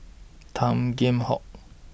Tan Kheam Hock